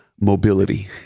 mobility